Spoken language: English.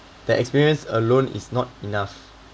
that experience alone is not enough